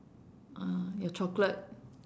ah your chocolate